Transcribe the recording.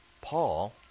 Paul